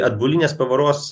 atbulinės pavaros